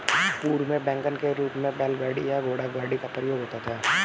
पूर्व में वैगन के रूप में बैलगाड़ी या घोड़ागाड़ी का प्रयोग होता था